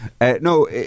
No